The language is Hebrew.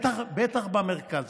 בטח במרכז.